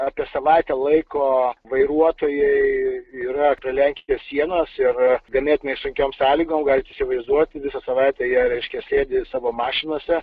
apie savaitę laiko vairuotojai yra prie lenkijos sienos ir ganėtinai sunkiom sąlygom galit įsivaizduoti visą savaitę jie reiškia sėdi savo mašinose